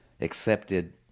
accepted